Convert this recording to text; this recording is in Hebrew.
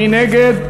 ומי נגד?